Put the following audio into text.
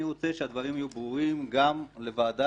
אני רוצה שהדברים יהיו ברורים גם לוועדה,